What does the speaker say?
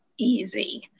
easy